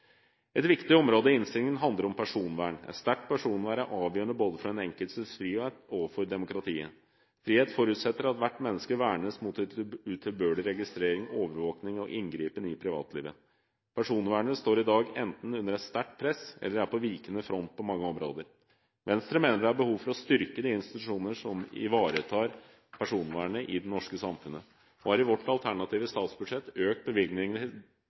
Et viktig område i innstillingen handler om personvern. Et sterkt personvern er avgjørende både for den enkeltes frihet og for demokratiet. Frihet forutsetter at hvert menneske vernes mot en utilbørlig registrering, overvåkning og inngripen i privatlivet. Personvernet står i dag enten under et sterkt press eller er på vikende front på mange områder. Venstre mener det er behov for å styrke de institusjoner som ivaretar personvernet i det norske samfunnet og har i vårt alternative statsbudsjett økt bevilgningene